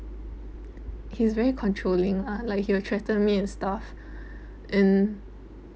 he was very controlling ah like he will threaten me and stuff and